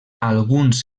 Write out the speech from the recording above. alguns